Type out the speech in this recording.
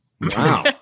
Wow